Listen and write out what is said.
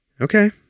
okay